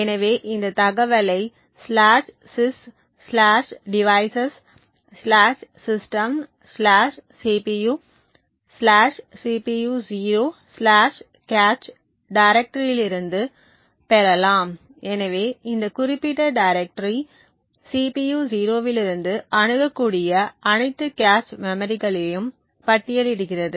எனவே இந்த தகவலை sysdevicessystemcpucpu0cache டிரெக்டரியில் இருந்து பெறலாம் எனவே இந்த குறிப்பிட்ட டிரெக்டரி CPU 0 இலிருந்து அணுகக்கூடிய அனைத்து கேச் மெமரிகளையும் பட்டியலிடுகிறது